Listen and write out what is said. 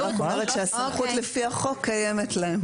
אני רק אומרת שהסמכות לפי החוק קיימת להם.